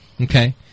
Okay